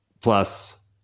Plus